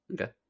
Okay